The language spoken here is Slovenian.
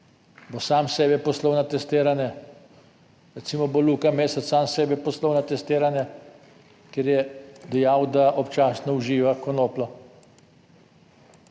Bo sam sebe poslal na testiranje? Recimo, bo Luka Mesec sam sebe poslal na testiranje, ker je dejal, da občasno uživa konopljo.